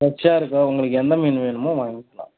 ஃப்ரெஷ்ஷாக இருக்கும் உங்களுக்கு எந்த மீன் வேணுமோ வாய்ங்கலாம்